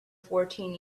fourteen